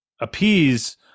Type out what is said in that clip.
appease